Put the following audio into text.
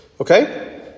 Okay